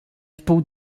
wpół